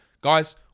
Guys